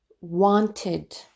wanted